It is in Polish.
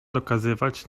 dokazywać